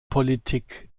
politik